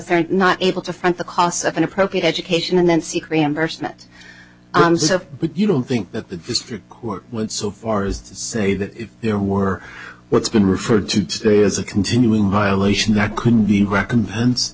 they're not able to find the cost of an appropriate education and then seek reimbursement i'm so you don't think that the district court went so far as to say that if there were what's been referred to today as a continuing violation that could be recompense